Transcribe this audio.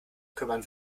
kümmern